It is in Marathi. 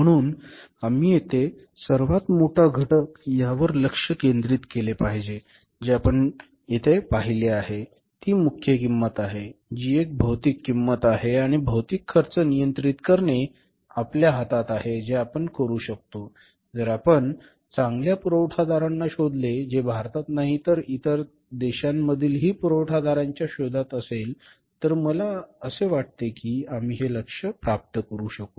म्हणून आम्ही येथे सर्वात मोठा घटक यावर लक्ष केंद्रित केले पाहिजे जे आपण येथे पाहिले आहे ती मुख्य किंमत आहे जी एक भौतिक किंमत आहे आणि भौतिक खर्च नियंत्रित करणे आपल्या हातात आहे जे आपण करू शकतो जर आपण चांगल्या पुरवठादारांना शोधले जे भारतात नाही तर इतर देशांमधील पुरवठादारांच्या शोधात असेल तर मला वाटते की आम्ही हे लक्ष्य प्राप्त करू शकू